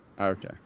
Okay